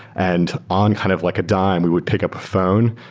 and on kind of like a dime, we would pick up a phone,